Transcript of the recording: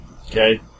Okay